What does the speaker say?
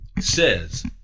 says